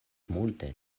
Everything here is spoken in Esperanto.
multe